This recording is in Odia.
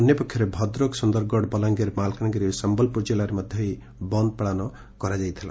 ଅନ୍ୟପକ୍ଷରେ ଭଦ୍ରକ ସୁନ୍ଦରଗଡ଼ ବଲାଙ୍ଗିର ମାଲକାନଗିରି ସମ୍ୟଲପୁର ଜିଲ୍ଲାରେ ମଧ ଏହି ବନ୍ଦ୍ପାଳନ କରାଯାଉଥିଲା